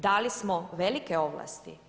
Dali smo velike ovlasti.